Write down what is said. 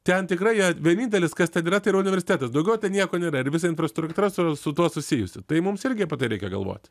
ten tikrai jie vienintelis kas ten yra tai yra universitetas daugiau ten nieko nėra ir visa infrastruktūra su su tuo susijusi tai mums irgi reikia galvoti